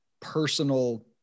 personal